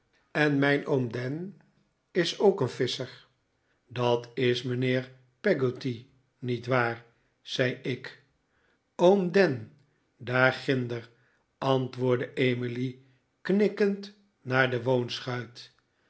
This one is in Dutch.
en mijn oom dan is ook een visscher dat is mijnheer pegaotty niet waar zei ik oom dan daarginder antwoohrdde emily knikkend naar de